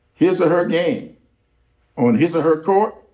his or her game on his or her court,